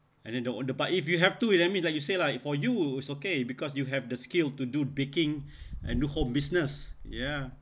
and then the order part if you have to that means like you say lah you for you is okay because you have the skill to do baking and do home business ya